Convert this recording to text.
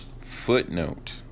footnote